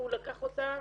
הוא לקח אותה,